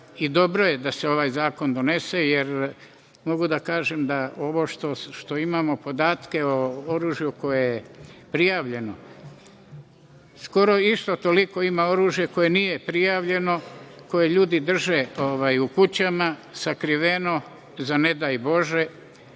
i dobro je da se ovaj zakon donese, jer mogu da kažem da ovo što imamo podatke o oružju koje je prijavljeno, skoro isto toliko ima oružja koje nije prijavljeno, koje ljudi drže u kućama sakriveno za ne daj Bože,